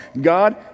God